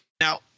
Now